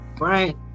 Right